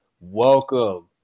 welcome